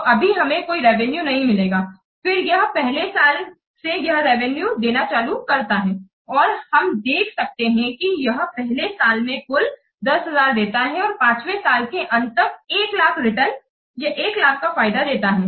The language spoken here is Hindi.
तू अभी हमें कोई रेवेन्यू नहीं मिला हैफिर यह पहले साल से यह रेवेन्यू देना चालू करता है और हम देख सकते हैं कि यह पहले साल में कुल 10000 देता है और 5 वे साल के अंत तक यह 100000 रिटर्न 100000 फायदा देता है